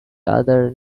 other